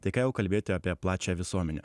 tai ką jau kalbėti apie plačią visuomenę